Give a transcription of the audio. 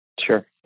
Sure